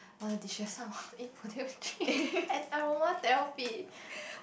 wanna destress now eat potato chips and aromatherapy